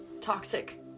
toxic